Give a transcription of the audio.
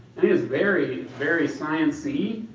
it is very, very science-y.